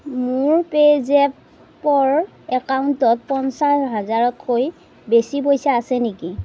মোৰ পে'জেপৰ একাউণ্টত পঞ্চাছ হাজাৰতকৈ বেছি পইচা আছে নেকি